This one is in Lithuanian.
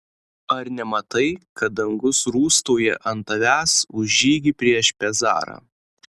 ar nematai kad dangus rūstauja ant tavęs už žygį prieš pezarą